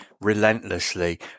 relentlessly